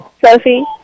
Sophie